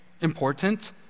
important